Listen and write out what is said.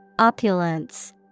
Opulence